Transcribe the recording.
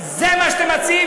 זה מה שאתם מציעים,